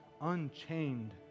Unchained